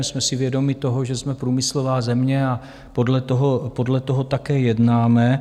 Jsme si vědomi toho, že jsme průmyslová země, a podle toho také jednáme.